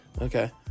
okay